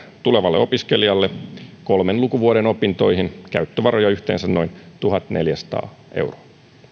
tulevalle opiskelijalle kolmen lukuvuoden opintoihin käyttövaroja yhteensä noin tuhatneljäsataa euroa